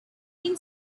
been